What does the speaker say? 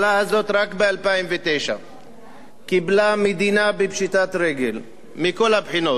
רק ב-2009 קיבלה מדינה בפשיטת רגל מכל הבחינות: מדינית,